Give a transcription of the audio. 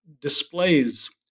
displays